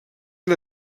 han